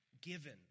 Given